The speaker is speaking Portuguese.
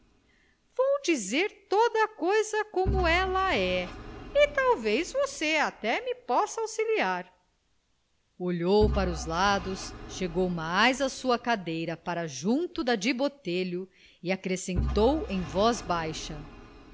vou dizer-lhe toda coisa como ela é e talvez que você até me possa auxiliar olhou para os lados chegou mais a sua cadeira para junto da de botelho e acrescentou em voz baixa